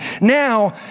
Now